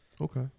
okay